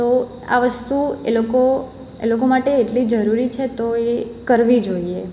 તો આ વસ્તુ એ લોકો એ લોકો માટે એટલી જરૂરી છે તો એ કરવી જોઈએ